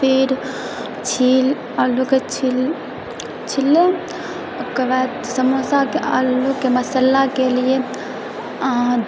फेर छील आलूके छील ले ओकर बाद समोसाके आलूके मसालाके लिए